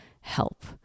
help